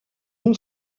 non